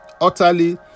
utterly